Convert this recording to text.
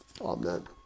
Amen